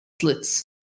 slits